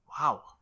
wow